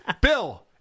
Bill